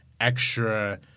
extra